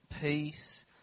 peace